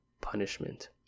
punishment